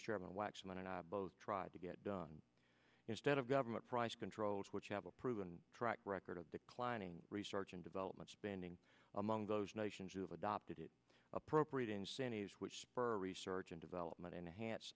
both tried to get done instead of government price controls which have a proven track record of declining research and development spending among those nations who have adopted it appropriate incentives which for research and development enhance